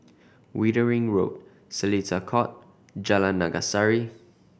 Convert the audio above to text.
Wittering Road Seletar Court Jalan Naga Sari